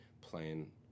playing